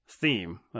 theme